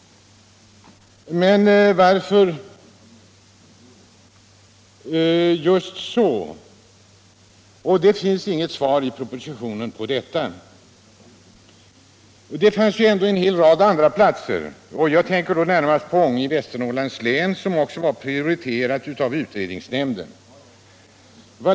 Men varför just så? Det ges inget svar på den frågan i propositionen. Det finns ju ändå en hel rad andra platser att välja mellan — jag tänker närmast på Ånge i Västernorrlands län, som också prioriterades av utredningsnämnden.